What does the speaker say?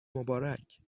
مبارک